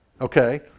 Okay